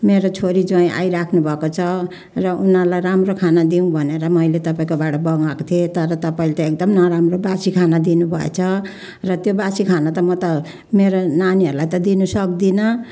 मेरो छोरी ज्वाइँ आइरहनु भएको छ र उनीहरूलाई राम्रो खाना दिउँ भनेर मैले तपाईँकोबाट मगाएको थिएँ तर तपाईँले त एकदम नराम्रो पो बासी खाना दिनुभएछ र त्यो बासी खाना त म त मेरो नानीहरूलाई त दिनसक्दिनँ